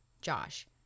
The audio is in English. Josh